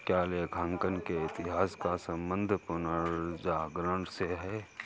क्या लेखांकन के इतिहास का संबंध पुनर्जागरण से है?